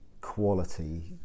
quality